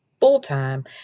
full-time